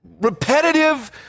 repetitive